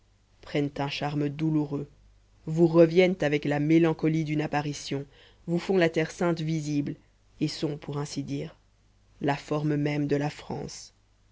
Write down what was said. prennent un charme douloureux vous reviennent avec la mélancolie d'une apparition vous font la terre sainte visible et sont pour ainsi dire la forme même de la france